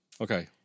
Okay